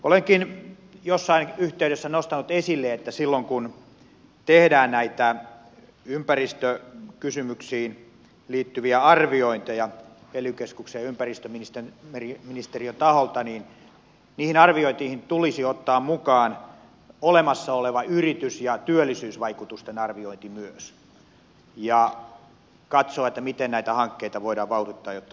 olenkin jossain yh teydessä nostanut esille että silloin kun tehdään näitä ympäristökysymyksiin liittyviä arviointeja ely keskuksen ja ympäristöministeriön taholta niin niihin arviointeihin tulisi ottaa mukaan olemassa oleva yritys ja työllisyysvaikutusten arviointi myös ja katsoa miten näitä hankkeita voidaan vauhdittaa jotta työllisyys paranee